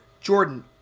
Jordan